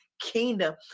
kingdom